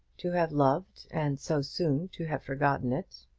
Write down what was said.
to have loved, and so soon to have forgotten it!